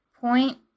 point